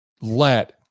let